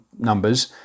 numbers